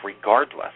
regardless